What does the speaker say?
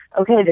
okay